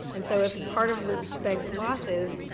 and so if part of the bank's losses,